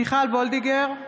מיכל וולדיגר,